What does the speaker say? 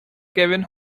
kevin